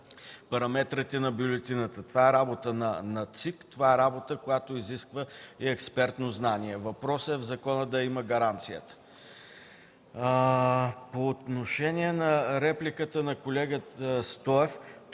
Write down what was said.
параметрите на бюлетината. Това е работа на ЦИК, това е работа, която изисква и експертно знание. Въпросът е в закона да има гаранция. По отношение на репликата на колегата Стоев,